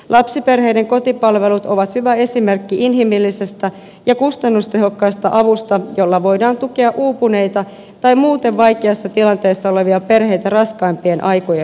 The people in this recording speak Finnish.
lapsiperheiden kotipalvelut ovat hyvä esimerkki inhimillisestä ja kustannustehokkaista avusta jolla voidaan tukea uupuneita tai muuten vaikeassa tilanteessa olevia perheitä raskaan tien aikoja